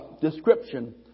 description